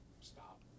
stop